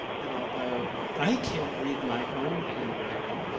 and although i can't read my own handwriting,